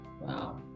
wow